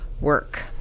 work